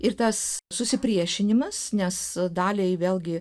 ir tas susipriešinimas nes daliai vėlgi